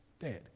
dead